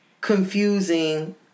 confusing